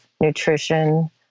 nutrition